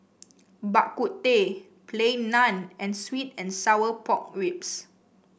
Bak Kut Teh Plain Naan and sweet and Sour Pork Ribs